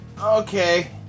Okay